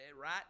right